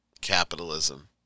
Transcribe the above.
capitalism